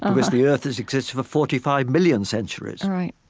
because the earth has existed for forty five million centuries right.